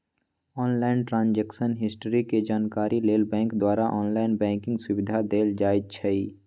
online transaction history के जानकारी लेल बैंक द्वारा ऑनलाइन बैंकिंग सुविधा देल जाइ छइ